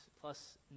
plus